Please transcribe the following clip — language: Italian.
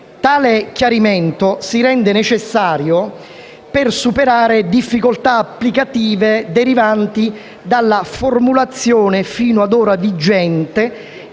Tale chiarimento si rende necessario per superare difficoltà applicative derivanti dalla formulazione fino ad ora vigente